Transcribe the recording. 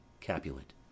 Capulet